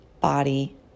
body